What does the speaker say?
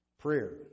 Prayer